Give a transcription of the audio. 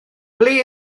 ble